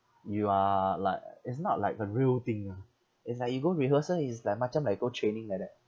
you are like it's not like the real thing ah it's like you go rehearsal it's like macam like go training like that